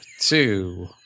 two